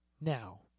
Now